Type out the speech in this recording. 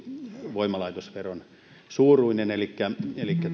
voimalaitosveron suuruinen elikkä elikkä